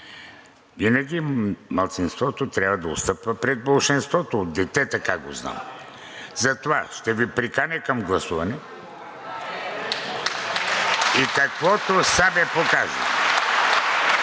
Винаги малцинството трябва да отстъпва пред болшинството, от дете така го знам. Затова ще Ви приканя към гласуване (ръкопляскания)